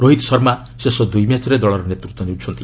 ରୋହିତ ଶର୍ମା ଶେଷ ଦୁଇ ମ୍ୟାଚ୍ରେ ଦଳର ନେତୃତ୍ୱ ନେଉଛନ୍ତି